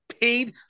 paid